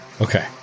Okay